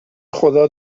خدا